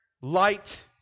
light